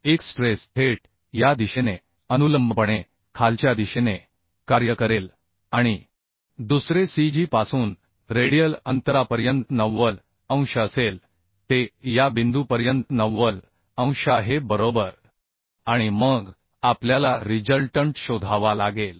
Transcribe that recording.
एक स्ट्रेस थेट या दिशेने अनुलंबपणे खालच्या दिशेने कार्य करेल आणि दुसरे cg पासून रेडियल अंतरापर्यंत 90 अंश असेल ते या बिंदूपर्यंत 90 अंश आहे बरोबर आणि मग आपल्याला रिजल्टंट शोधावा लागेल